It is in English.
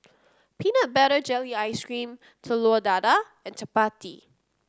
Peanut Butter Jelly Ice cream Telur Dadah and chappati